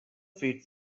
fit